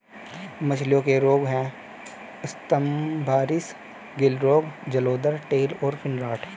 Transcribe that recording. मछलियों के रोग हैं स्तम्भारिस, गिल रोग, जलोदर, टेल और फिन रॉट